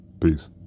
Peace